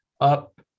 up